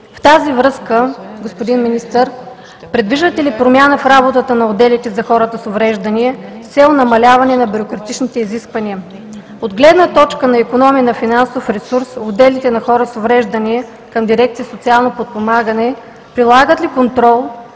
В тази връзка, господин Министър, предвиждате ли промяна в работата на отделите за хората с увреждания с цел намаляване на бюрократичните изисквания? От гледна точка на икономии на финансов ресурс отделите за хора с увреждания към дирекция „Социално подпомагане“ прилагат ли контрол